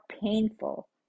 painful